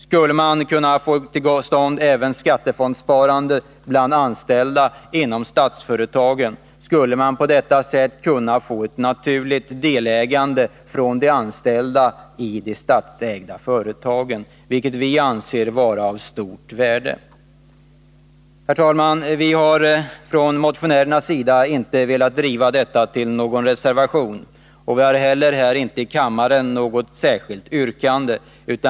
Skulle man kunna få till stånd ett skattefondssparande även bland de anställda inom de statsägda företagen, åstadkom man därmed ett naturligt delägande, vilket vi anser vara av stort värde. Herr talman! Vi motionärer har inte velat driva frågan så att vi avgivit någon reservation, och vi har inte heller något särskilt yrkande.